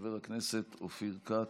חבר הכנסת אופיר כץ,